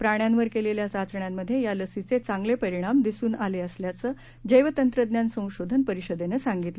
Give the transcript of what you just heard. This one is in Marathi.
प्राण्यांवर केलेल्या चाचण्यांमध्ये या लसीचे चांगले परिणाम दिसून आले असल्याचं जैवतंत्रज्ञान संशोधन परिषदेनं सांगितलं आहे